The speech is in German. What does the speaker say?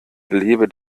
lebe